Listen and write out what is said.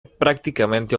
prácticamente